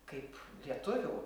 kaip lietuvių